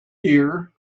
here